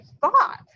thought